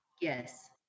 Yes